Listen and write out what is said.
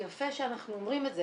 יפה שאנחנו אומרים את זה,